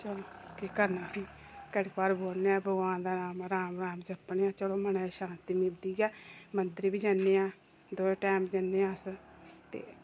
चल केह् करना फ्ही घड़ी भर बौहन्ने आं भगवान दा नांऽ राम राम जपने आं चलो मनै च शांति मिलदी ऐ मंदर बी जन्ने आं दोऐ टाइम जन्नै आं अस ते